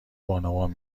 بانوان